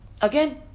Again